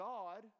God